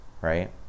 right